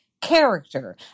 character